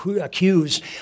accused